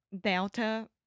Delta